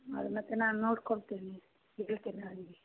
ಅದು ಮತ್ತೆ ನಾನು ನೋಡ್ಕೊಳ್ತೀನಿ ಅಲ್ಲಿ